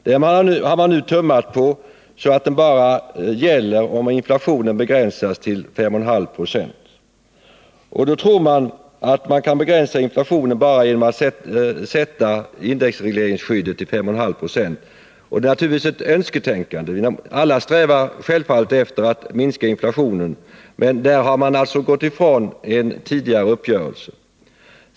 Den har det nu tummats på, så att den bara gäller om inflationen begränsas till 5,5 26. Man tror att inflationen kan begränsas bara genom att indexregleringsskyddet sätts till 5,5 96. Det är naturligtvis ett önsketänkande. Alla strävar självfallet efter att minska inflationen, men i det här avseendet gick man alltså ifrån en tidigare uppgörelse.